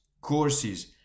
courses